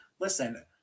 listen